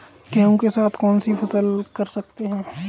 गेहूँ के साथ कौनसी फसल कर सकते हैं?